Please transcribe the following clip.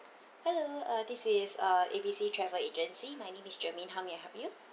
hello uh this is uh A B C travel agency my name is germaine how may I help you